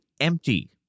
empty